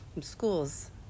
schools